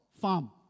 Farm